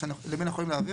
למי אנחנו יכולים להעביר?